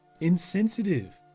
insensitive